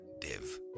Div